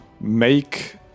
make